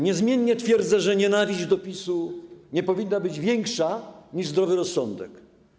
Niezmiennie twierdzę, że nienawiść do PiS-u nie powinna być większa niż zdrowy rozsądek.